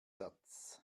satz